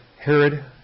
Herod